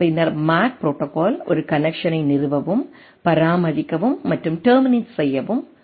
பின்னர் MAC protocol ஒரு கனெக்சனை நிறுவவும் பராமரிக்கவும் மற்றும் டெர்மினேட் செய்யவும் முடியும்